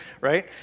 right